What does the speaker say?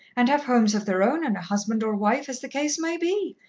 and have homes of their own, and a husband or wife, as the case may be,